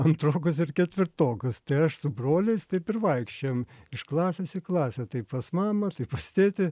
antrokus ir ketvirtokus tai aš su broliais taip ir vaikščiojom iš klasės į klasę tai pas mamą tai pas tėtį